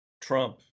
Trump